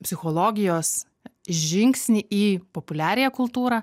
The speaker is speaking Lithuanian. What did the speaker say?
psichologijos žingsnį į populiariąją kultūrą